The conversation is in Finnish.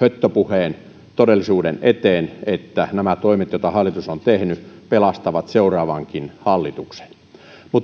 höttöpuheet joutuvat sen todellisuuden eteen että nämä toimet joita hallitus on tehnyt pelastavat seuraavankin hallituksen